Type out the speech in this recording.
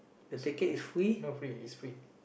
super no free it's free